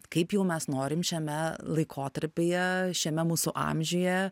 kaip jau mes norim šiame laikotarpyje šiame mūsų amžiuje